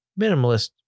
minimalist